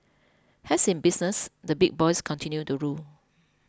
as in business the big boys continue to rule